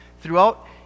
throughout